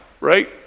right